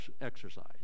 exercise